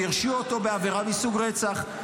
והרשיעו אותו בעבירה מסוג רצח.